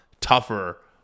tougher